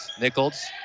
Nichols